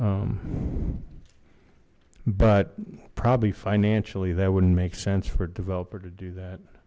but probably financially that wouldn't make sense for a developer to do that